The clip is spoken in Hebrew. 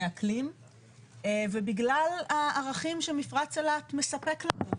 האקלים ובגלל הערכים שמפרץ אילת מספק לנו.